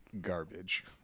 garbage